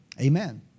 Amen